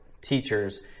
teachers